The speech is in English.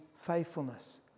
faithfulness